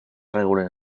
regulen